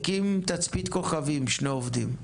הקים תצפית כוכבים עם שני עובדים.